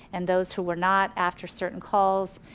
and those who are not after certain calls,